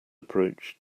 approach